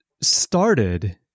started